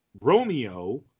romeo